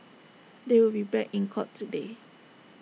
they will be back in court today